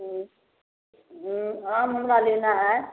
आम हमरा लेना है